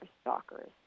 stalkers